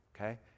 Okay